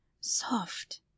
Soft